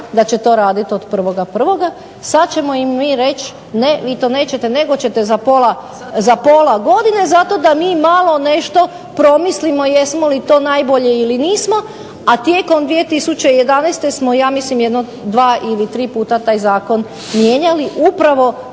da će to raditi od 1.1., sad ćemo im mi reći ne, vi to nećete nego ćete za pola godine zato da mi malo nešto promislimo jesmo li to najbolje ili nismo, a tijekom 2011. smo ja mislim jedno dva ili tri puta taj zakon mijenjali upravo